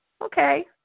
Okay